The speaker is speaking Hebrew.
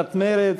קבוצת מרצ,